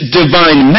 divine